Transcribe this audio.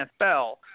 NFL